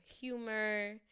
humor